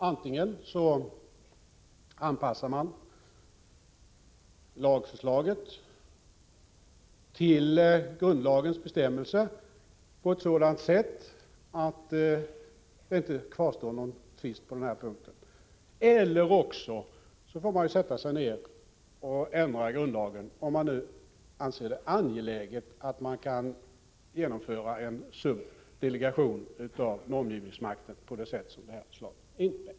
Antingen anpassar man lagförslaget till grundlagens bestämmelser på ett sådant sätt att det inte kvarstår någon tvist på denna punkt eller också får man ändra grundlagen, om man anser det angeläget att genomföra en delegering av normgivningsmakten på det sätt som förslaget innebär.